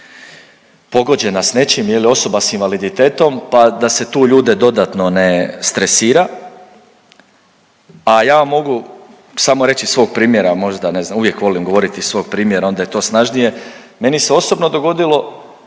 pogođena s nečim, je li, osoba s invaliditetom, pa da se tu ljude dodatno ne stresira, a ja vam mogu samo reći iz svog primjera, možda, ne znam, uvijek volim govoriti iz svog primjera, onda je to snažnije, meni se osobno dogodilo